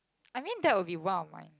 I mean that would be one of my